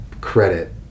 credit